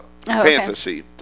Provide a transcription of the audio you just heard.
fantasy